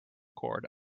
cord